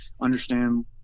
understand